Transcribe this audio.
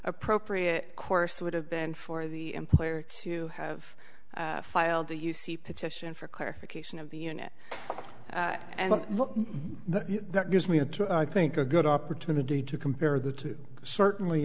appropriate course would have been for the employer to have filed the u c petition for clarification of the unit and that gives me a two i think a good opportunity to compare the two certainly